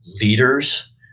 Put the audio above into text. leaders